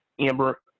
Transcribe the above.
Amber